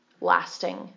lasting